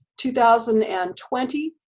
2020